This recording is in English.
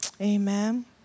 Amen